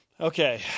Okay